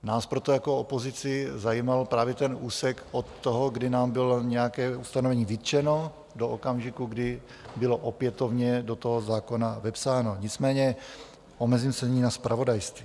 Nás proto jako opozici zajímal právě ten úsek od toho, kdy nám bylo nějaké ustanovení vytčeno, do okamžiku, kdy bylo opětovně do toho zákona vepsáno, nicméně se nyní omezím na zpravodajství.